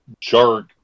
jerk